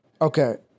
Okay